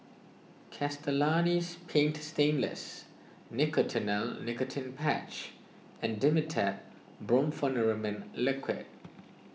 Castellani's Paint Stainless Nicotinell Nicotine Patch and Dimetapp Brompheniramine Liquid